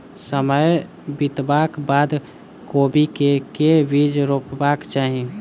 समय बितबाक बाद कोबी केँ के बीज रोपबाक चाहि?